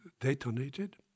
detonated